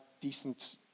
decent